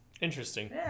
Interesting